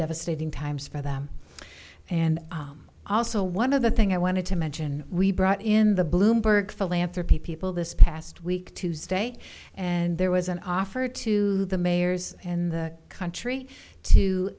devastating times for them and also one of the things i wanted to mention we brought in the bloomberg philanthropy people this past week tuesday and there was an offer to the mayors in the country to